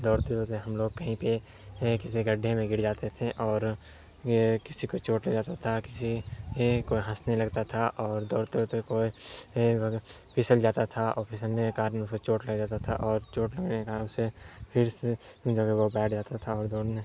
دوڑتے دوڑتے ہم لوگ کہیں پہ کسی گڈھے میں گر جاتے تھے اور کسی کو چوٹ لگ جاتا تھا کسی کوئی ہنسنے لگتا تھا اور دوڑتے دوڑتے کوئی پھسل جاتا تھا اور پھسلنے کے کارن اس کے چوٹ لگ جاتا تھا اور چوٹ لگنے کے کارن اسے پھر سے ان جگہ بیٹھ جاتا تھا اور دوڑنے